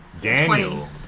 Daniel